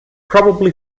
probably